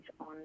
on